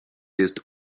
jest